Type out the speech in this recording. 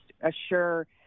assure